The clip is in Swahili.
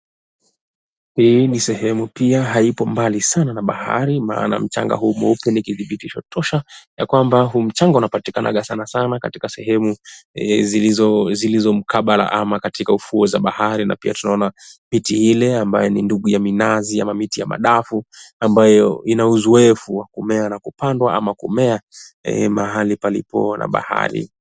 Hii ni sehemu pia haipo mbali sana na bahari maana mchanga huu mweupe ni kithibitisho tosha ya kwamba huu mchanga unapatikanaga sana sana katika sehemu zilizo mukabala ama katika ufuo za bahari na pia tunaona miti Ile ambayo ni ndugu ya minazi ama miti ya madafu ambayo ina uzoefu wa kupandwa ama kumea mahali palipo na bahari.